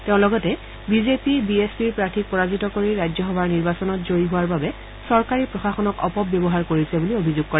তেওঁ লগতে বিজেপিয়ে বি এছ পিৰ প্ৰাৰ্থীক পৰাজিত কৰি ৰাজ্যসভাৰ নিৰ্বাচনত জয়ী হোৱাৰ বাবে চৰকাৰী প্ৰশাসনক অপব্যৱহাৰ কিৰছে বুলি অভিযোগ কৰে